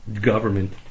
government